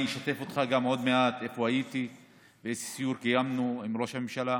אני גם אשתף אותך עוד מעט איפה הייתי ואיזה סיור קיימנו עם ראש הממשלה.